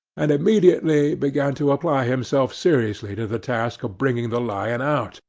and immediately began to apply himself seriously to the task of bringing the lion out,